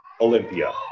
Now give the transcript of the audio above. Olympia